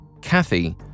Kathy